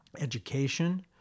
Education